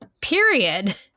Period